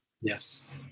Yes